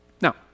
Now